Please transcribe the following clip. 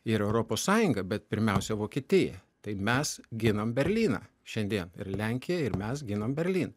ir europos sąjungą bet pirmiausia vokietiją tai mes giname berlyną šiandien ir lenkija ir mes ginam berlyną